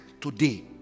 today